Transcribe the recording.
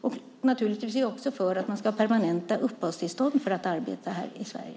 Vi är naturligtvis också för att man ska ha permanenta uppehållstillstånd för att arbeta här i Sverige.